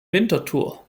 winterthur